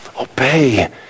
obey